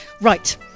Right